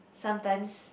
sometimes